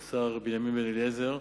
של השר בנימין בן-אליעזר,